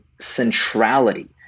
centrality